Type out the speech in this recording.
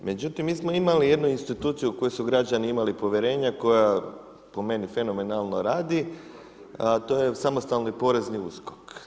Međutim, mi smo imali jednu instituciju, koju su građani imali povjerenja, koja po meni, fenomenalno radi, a to je samostalni porezni USKOK.